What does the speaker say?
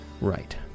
Right